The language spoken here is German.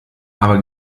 aber